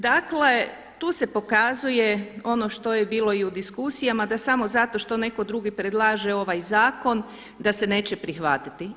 Dakle tu se pokazuje ono što je bilo i u diskusijama da samo zato što netko drugi predlaže ovaj zakon da se neće prihvatiti.